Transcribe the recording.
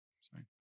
sorry